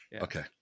okay